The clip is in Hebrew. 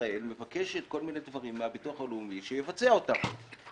ישראל מבקשת מהביטוח הלאומי לבצע כל מיני דברים,